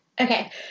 Okay